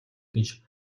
гэж